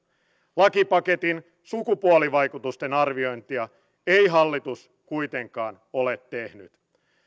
lakipaketin sukupuolivaikutusten arviointia ei hallitus kuitenkaan ole tehnyt